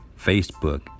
Facebook